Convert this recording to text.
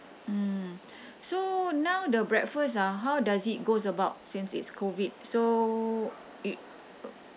mm so now the breakfast ah how does it goes about since it's COVID so it uh